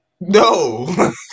No